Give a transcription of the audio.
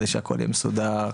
כדי שהכל יהיה מסודרת,